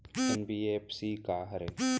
NBFC का हरे?